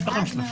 בעד מאוד.